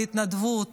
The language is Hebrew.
להתנדבות,